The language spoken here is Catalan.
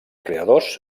creadors